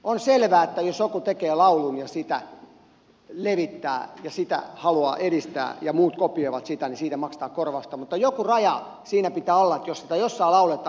on selvää että jos joku tekee laulun ja sitä levittää ja sitä haluaa edistää ja muut kopioivat sitä niin siitä maksetaan korvausta mutta joku raja siinä pitää olla että jos sitä jossain lauletaan